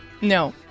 No